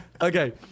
Okay